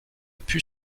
put